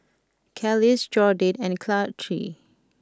Kelis Jordyn and Charlee